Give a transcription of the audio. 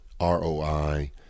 ROI